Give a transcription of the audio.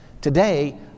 Today